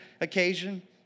occasion